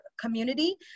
community